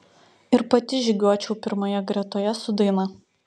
ir pati žygiuočiau pirmoje gretoje su daina